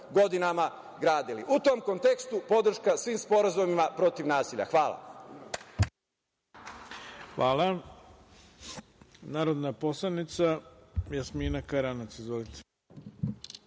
godinama gradili.U tom kontekstu, podrška svim sporazumima protiv nasilja. Hvala. **Ivica Dačić** Hvala. Narodna poslanica Jasmina Karanac. Izvolite.